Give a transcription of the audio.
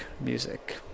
music